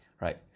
right